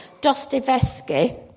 Dostoevsky